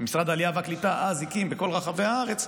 שמשרד העלייה והקליטה אז הקים בכל רחבי הארץ,